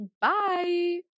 Bye